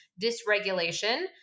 dysregulation